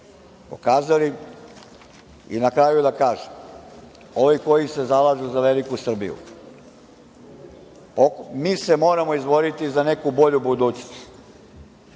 pokazali.I na kraju da kažem, ovi koji se zalažu za veliku Srbiju, mi se moramo izboriti za neku bolju budućnost,